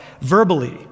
verbally